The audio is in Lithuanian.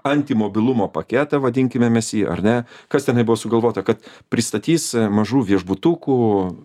anti mobilumo paketą vadinkime mes jį ar ne kas tenai buvo sugalvota kad pristatys mažų viešbutukų